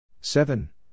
seven